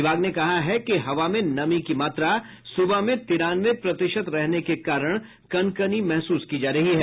विभाग ने कहा है कि हवा में नमी की मात्रा सुबह में तिरानवे प्रतिशत रहने के कारण कनकनी महसूस की जा रही है